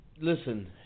Listen